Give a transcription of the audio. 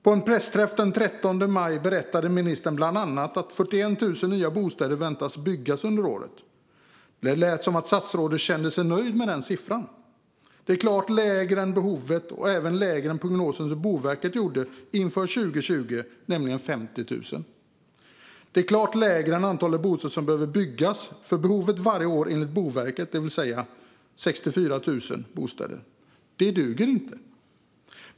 På en pressträff den 13 maj berättade ministern bland annat att 41 000 nya bostäder väntas byggas under året. Det lät som att statsrådet kände sig nöjd med den siffran. Det är klart lägre än behovet och även lägre än Boverkets prognos inför 2020, nämligen 50 000. Det är klart lägre än antalet bostäder som behöver byggas för behovet varje år enligt Boverket, det vill säga 64 000 bostäder. Detta duger inte.